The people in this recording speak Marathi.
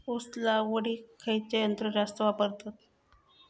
ऊस लावडीक खयचा यंत्र जास्त वापरतत?